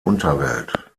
unterwelt